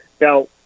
Now